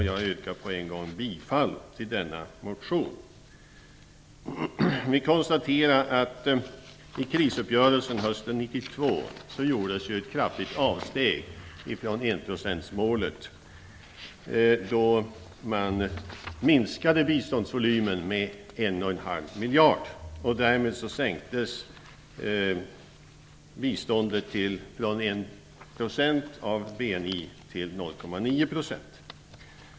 Jag yrkar på en gång bifall till denna motion. Vi konstaterar att det i krisuppgörelsen hösten 1992 gjordes ett kraftigt avsteg från enprocentsmålet, då man minskade biståndsvolymen med ca 1,5 miljarder. Därmed sänktes biståndet från 1 % av BNI till 0,9 %.